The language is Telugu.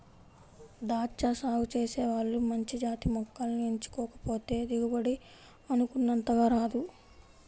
దాచ్చా సాగు చేసే వాళ్ళు మంచి జాతి మొక్కల్ని ఎంచుకోకపోతే దిగుబడి అనుకున్నంతగా రాదు